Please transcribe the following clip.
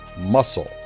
muscle